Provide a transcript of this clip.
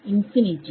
infinity